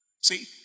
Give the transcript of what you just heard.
See